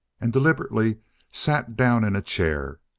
and deliberately sat down in a chair.